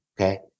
okay